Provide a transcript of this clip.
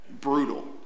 Brutal